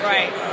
Right